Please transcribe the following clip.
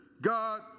God